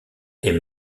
est